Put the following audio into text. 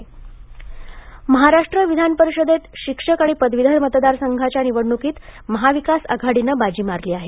महाराष्ट्र विधान परिषद महाराष्ट्र विधान परिषदेत शिक्षक आणि पदवीधर मतदारसंघाच्या निवडणुकीत महाविकास आघाडीने बाजी मारली आहे